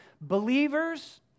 Believers